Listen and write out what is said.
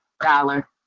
dollar